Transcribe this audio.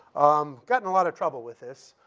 um got in a lot of trouble with this.